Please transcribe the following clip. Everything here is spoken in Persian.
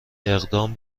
اقدام